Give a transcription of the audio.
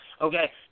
Okay